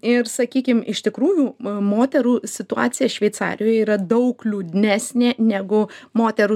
ir sakykim iš tikrųjų moterų situacija šveicarijoj yra daug liūdnesnė negu moterų